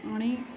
आणि